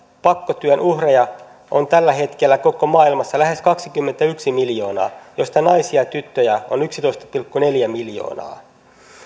pakkotyön uhreja on tällä hetkellä koko maailmassa lähes kaksikymmentäyksi miljoonaa joista naisia ja tyttöjä on yksitoista pilkku neljä miljoonaa